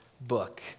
book